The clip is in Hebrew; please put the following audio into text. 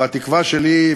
והתקווה שלי,